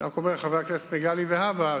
אני רק אומר לחבר הכנסת מגלי והבה,